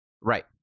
Right